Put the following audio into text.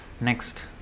next